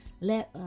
let